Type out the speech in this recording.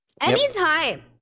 Anytime